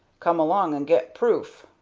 come along and get proof.